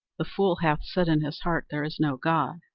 the fool hath said in his heart, there is no god.